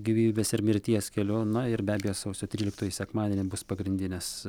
gyvybės ir mirties keliu na ir be abejo sausio tryliktoji sekmadienį bus pagrindinės